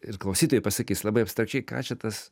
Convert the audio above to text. ir klausytojai pasakys labai abstrakčiai ką čia tas